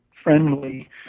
friendly